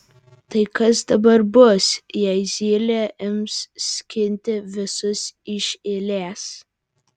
tai kas dabar bus jei zylė ims skinti visus iš eilės